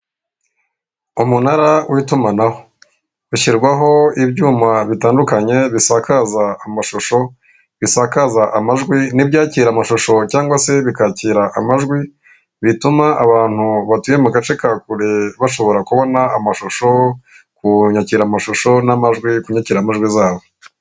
Umunara w'itumanaho ushyirwaho ibyuma bitandukanye bisakaza amashusho ,bisakaza amajwi n'ibyakira amashusho cyangwa se bikakira amajwi bituma abantu batuye mu gace ka kure bashobora kubona amashusho kunyakira mashusho n'amajwi kunyakiramajwi zabo.